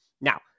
Now